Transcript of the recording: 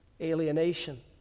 alienation